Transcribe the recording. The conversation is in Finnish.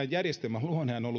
järjestelmän luonne on ollut